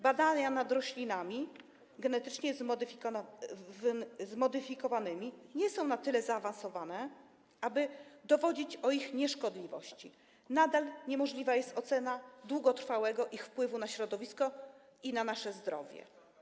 Badania nad roślinami genetycznie modyfikowanymi nie są na tyle zaawansowane, aby dowodzić ich nieszkodliwości, nadal niemożliwa jest ocena długotrwałego ich wpływu na środowisko i na nasze zdrowie.